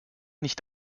nicht